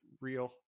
real